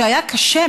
שהיה קשה,